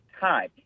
time